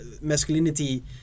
masculinity